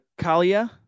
Kalia